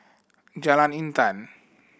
Jalan Intan